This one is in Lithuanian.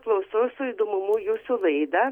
klausau su įdomumu jūsų laidą